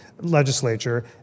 legislature